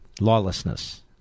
Lawlessness